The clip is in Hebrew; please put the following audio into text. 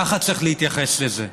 ככה צריך להתייחס לזה.